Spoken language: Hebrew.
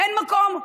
אין מקום,